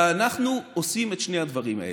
ואנחנו עושים את שני הדברים האלה.